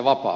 hienoa